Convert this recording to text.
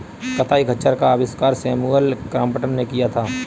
कताई खच्चर का आविष्कार सैमुअल क्रॉम्पटन ने किया था